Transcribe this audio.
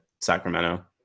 sacramento